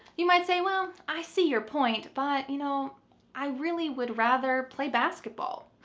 you might say, well, i see your point, but you know i really would rather play basketball.